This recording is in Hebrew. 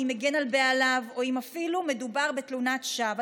אם הגן על בעליו או אם אפילו מדובר בתלונת שווא,